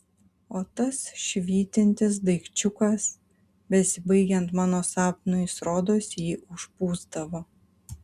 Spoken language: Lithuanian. o tas švytintis daikčiukas besibaigiant mano sapnui jis rodos jį užpūsdavo